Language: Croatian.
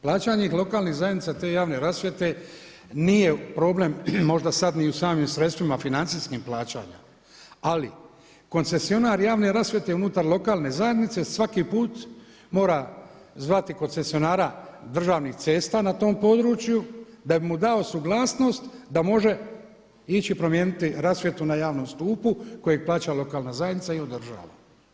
Plaćanje lokalnih zajednica te javne rasvjete nije problem možda sada ni u samim sredstvima financijskim plaćanja ali koncesionar javne rasvjete unutar lokalne zajednice svaki put mora zvati koncesionara državnih cesta na tom području da bi mu dao suglasnost da može ići promijeniti rasvjetu na javnom stupu kojeg plaća lokalna zajednica i održava.